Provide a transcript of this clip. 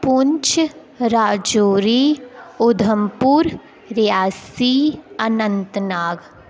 Poonch Rajouri Udhampur Reasi Anantnag